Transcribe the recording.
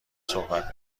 صحبت